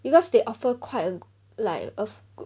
because they offer quite a like a